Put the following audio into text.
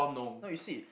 no you see